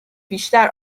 بیشتر